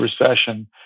Recession